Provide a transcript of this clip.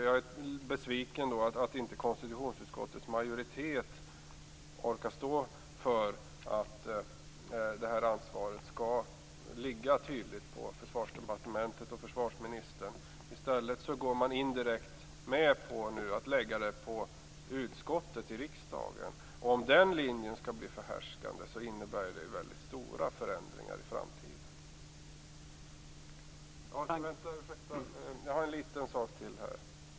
Jag är besviken över att inte konstitutionsutskottets majoritet orkar stå för att det ansvaret skall ligga tydligt på Försvarsdepartementet och försvarsministern. I stället går man nu indirekt med på att lägga ansvaret på utskottet i riksdagen. Om den linjen skall bli förhärskande innebär det väldigt stora förändringar i framtiden. Jag har en liten sak till.